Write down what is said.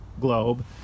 globe